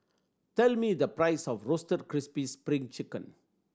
tell me the price of Roasted Crispy Spring Chicken